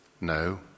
No